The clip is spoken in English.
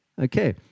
Okay